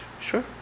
sure